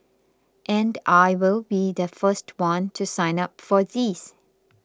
and I will be the first one to sign up for these